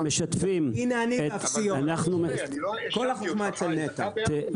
הינה אני ואפסי עוד, כל החוכמה אצל נת"ע.